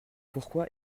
pourquoi